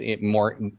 more